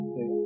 Say